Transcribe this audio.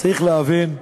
צריך להבין,